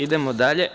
Idemo dalje.